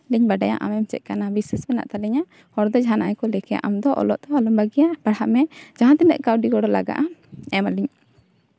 ᱟᱹᱞᱤᱧ ᱞᱤᱧ ᱵᱟᱰᱟᱭᱟ ᱟᱢ ᱪᱮᱫ ᱞᱮᱠᱟᱱᱟᱢ ᱵᱤᱥᱥᱟᱹᱥ ᱢᱮᱱᱟᱜ ᱛᱟᱹᱞᱤᱧᱟ ᱦᱚᱲ ᱫᱚ ᱡᱟᱦᱟᱱᱟᱜ ᱜᱮᱠᱚ ᱞᱟᱹᱭ ᱠᱮᱜ ᱟᱢ ᱫᱚ ᱚᱞᱚᱜ ᱫᱚ ᱟᱞᱚᱢ ᱵᱟᱹᱜᱤᱭᱟ ᱯᱟᱲᱦᱟᱜ ᱢᱮ ᱡᱟᱦᱟᱸ ᱛᱤᱱᱟᱹᱜ ᱠᱟᱹᱣᱰᱤ ᱜᱚᱲᱚ ᱞᱟᱜᱟᱜᱼᱟ ᱮᱢ ᱟᱹᱞᱤᱧ